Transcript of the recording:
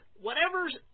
whatever's